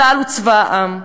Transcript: צה"ל הוא צבא העם.